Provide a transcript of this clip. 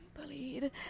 bullied